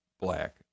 black